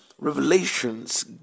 Revelations